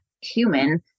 human